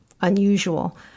unusual